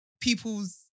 People's